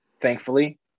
thankfully